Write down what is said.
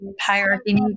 hierarchy